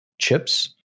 chips